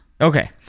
Okay